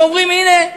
הם אומרים: הנה,